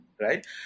right